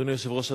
אדוני היושב-ראש,